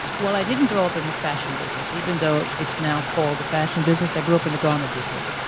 well i didn't grow up in the fashion business, even though it's now called the fashion business, i grew up in the garment district.